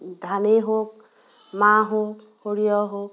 ধানেই হওক মাহ হওক সৰিয়হ হওক